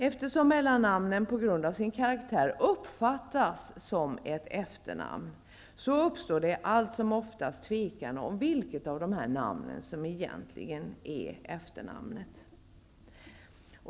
Eftersom mellannamnen på grund av sin karaktär uppfattas som efternamn uppstår det allt som oftast tvekan om vilket av namnen som egentligen är efternamnet.